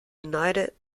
united